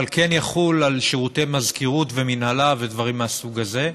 אבל כן יחול על שירותי מזכירות ומינהלה ודברים מהסוג הזה.